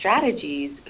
strategies